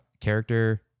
Character